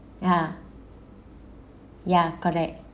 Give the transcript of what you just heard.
ah ya correct